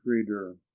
reader